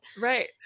Right